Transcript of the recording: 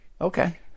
okay